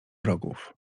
wrogów